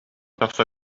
тахса